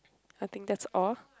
I think that's all